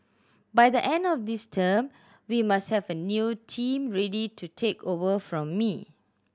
by the end of this term we must have a new team ready to take over from me